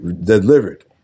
delivered